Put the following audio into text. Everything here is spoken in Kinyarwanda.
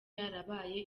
yarabaye